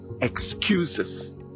Excuses